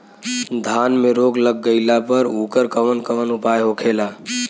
धान में रोग लग गईला पर उकर कवन कवन उपाय होखेला?